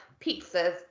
pizzas